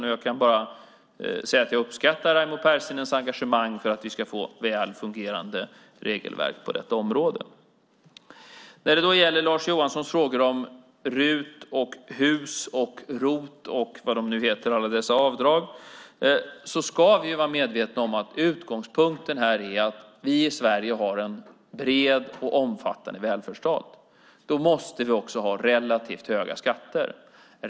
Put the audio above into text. Och jag kan bara säga att jag uppskattar Raimo Pärssinens engagemang för att vi ska få väl fungerande regelverk på detta område. När det gäller Lars Johanssons frågor om RUT, HUS, ROT och allt vad dessa avdrag nu heter ska vi vara medvetna om att utgångspunkten är att vi i Sverige har en bred och omfattande välfärd. Då måste vi också ha relativt höga skatter.